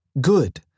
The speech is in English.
Good